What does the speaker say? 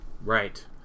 right